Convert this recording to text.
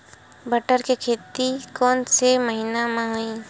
बटर के खेती कोन से महिना म होही?